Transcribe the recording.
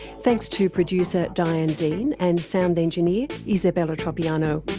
thanks to producer diane dean and sound engineer isabella tropianoi'm